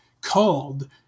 called